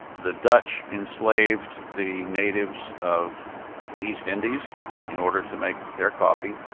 the dutch enslaved the natives of the east indies in order to make their coffee,